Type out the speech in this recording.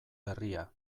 berria